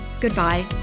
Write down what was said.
Goodbye